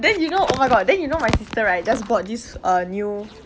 then you know oh my god then you know my sister right just bought this uh new